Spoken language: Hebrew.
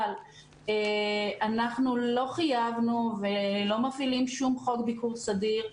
אבל אנחנו לא חייבנו ולא מפעילים שום חוק ביקור סדיר.